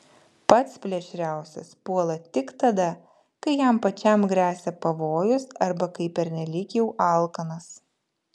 pats plėšriausias puola tik tada kai jam pačiam gresia pavojus arba kai pernelyg jau alkanas